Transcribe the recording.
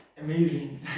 Amazing